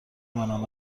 مانم